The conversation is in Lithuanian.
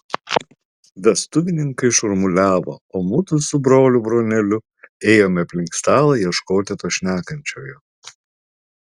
vestuvininkai šurmuliavo o mudu su broliu broneliu ėjome aplink stalą ieškoti to šnekančiojo